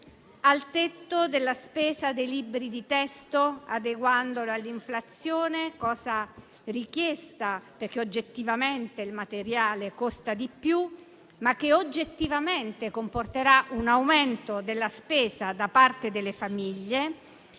al tetto della spesa per i libri di testo, adeguandola all'inflazione: misura richiesta perché oggettivamente il materiale costa di più, ma che oggettivamente comporterà un aumento della spesa da parte delle famiglie,